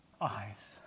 eyes